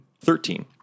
Thirteen